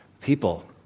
People